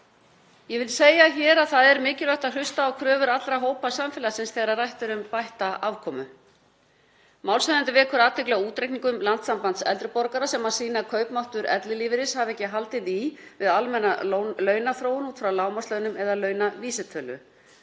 fyrir svörin. Það er mikilvægt að hlusta á kröfur allra hópa samfélagsins þegar rætt er um bætta afkomu. Málshefjandi vekur athygli á útreikningum Landssambands eldri borgara sem sýni að kaupmáttur ellilífeyris hafi ekki haldið í við almenna launaþróun út frá lágmarkslaunum eða launavísitölu.